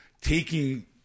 taking